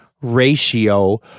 ratio